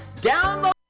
download